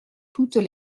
toutes